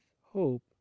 hope